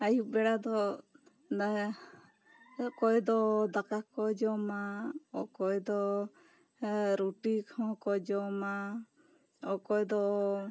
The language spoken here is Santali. ᱟᱹᱭᱩᱵ ᱵᱮᱲᱟ ᱫᱚ ᱚᱠᱚᱭ ᱫᱚ ᱫᱟᱠᱟ ᱠᱚ ᱡᱚᱢᱟ ᱚᱠᱚᱭ ᱫᱚ ᱨᱩᱴᱤ ᱠᱚᱦᱚᱸ ᱠᱚ ᱡᱚᱢᱟ ᱚᱠᱚᱭ ᱫᱚ